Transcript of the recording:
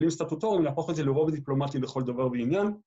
... סטטוטורים להפוך את זה לרוב דיפלומטי לכל דבר ועניין.